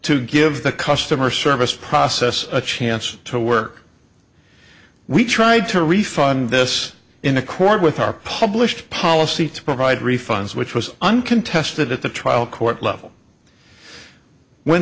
to give the customer service process a chance to work we tried to refund this in accord with our published policy to provide refunds which was uncontested at the trial court level when